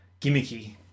gimmicky